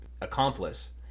accomplice